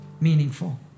meaningful